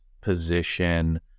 position